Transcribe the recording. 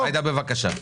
ג'ידא, בבקשה.